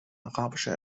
arabische